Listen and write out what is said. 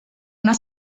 una